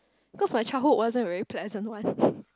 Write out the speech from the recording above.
cause my childhood wasn't really pleasant one